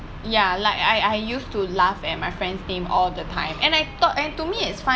ya like I I used to laugh at my friend's name all the time and I thought and to me it's fun